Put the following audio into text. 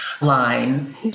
line